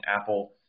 Apple